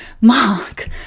mark